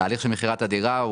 התהליך של מכירת הדירה,